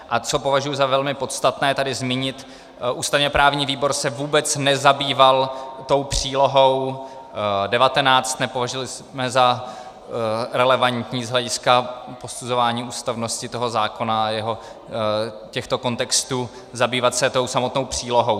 A co považuji za velmi podstatné tady zmínit, ústavněprávní výbor se vůbec nezabýval tou přílohou 19, nepovažovali jsme za relevantní z hlediska posuzování ústavnosti toho zákona a těchto kontextů zabývat se tou samotnou přílohou.